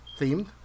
themed